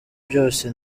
byose